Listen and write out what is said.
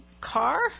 car